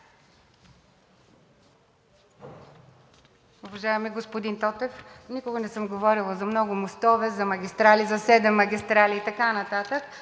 Уважаеми господин Тотев, никога не съм говорила за много мостове, за магистрали, за седем магистрали и така нататък.